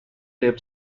lived